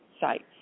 sites